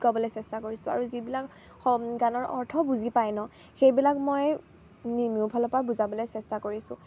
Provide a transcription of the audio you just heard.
শিকাবলৈ চেষ্টা কৰিছোঁ আৰু যিবিলাক গানৰ অৰ্থ বুজি পায় ন সেইবিলাক মই মোৰ ফালৰ পৰা বুজাবলৈ চেষ্টা কৰিছোঁ